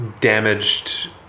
damaged